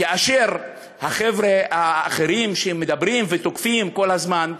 כאשר החבר'ה האחרים מדברים ותוקפים כל הזמן,